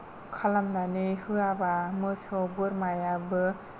खालामनानै होआबा मोसौ बोरमायाबो